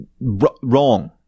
Wrong